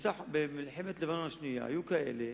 שבמלחמת לבנון השנייה היו כאלה